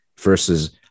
versus